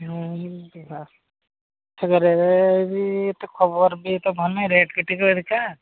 ହଁ ସେଥିରେ ବି ଏତେ ଖବର ବି ଏତେ ଭଲ ନାହିଁ ରେଟ୍ ଗଟିକ ହେରିକା